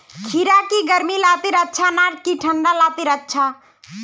खीरा की गर्मी लात्तिर अच्छा ना की ठंडा लात्तिर अच्छा?